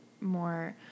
more